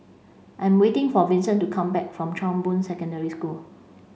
I am waiting for Vincent to come back from Chong Boon Secondary School